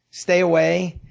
stay away.